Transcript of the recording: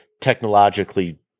technologically